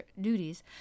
duties